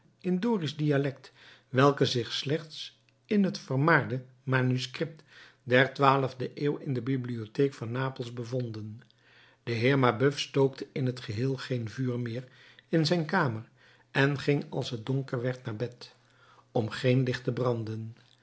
in dorisch dialect welke zich slechts in het vermaarde manuscript der twaalfde eeuw in de bibliotheek van napels bevonden de heer mabeuf stookte in t geheel geen vuur meer in zijn kamer en ging als het donker werd naar bed om geen licht te branden